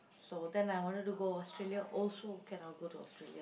so then I wanted to go Australia also cannot go to Australia